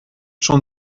schon